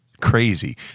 Crazy